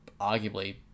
arguably